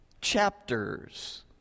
chapters